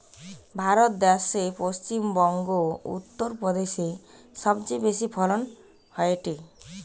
ভারত দ্যাশে পশ্চিম বংগো, উত্তর প্রদেশে সবচেয়ে বেশি ফলন হয়টে